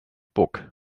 book